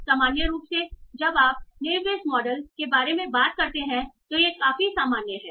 सामान्य रूप से जब आप नेव बेयस मॉडल के बारे में बात करते हैं तो यह काफी सामान्य है